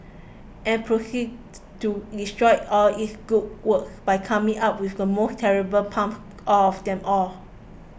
and proceeded to destroy all its good work by coming up with the most terrible pump of them all